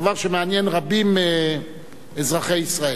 דבר שמעניין רבים מאזרחי ישראל.